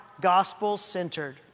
gospel-centered